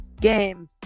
game